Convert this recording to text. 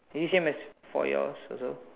is it same as for yours also